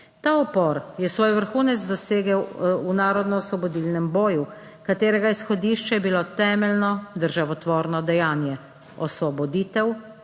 Ta upor je svoj vrhunec dosegel v narodnoosvobodilnem boju, katerega izhodišče je bilo temeljno državotvorno dejanje, osvoboditev